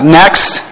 next